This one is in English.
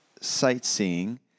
sightseeing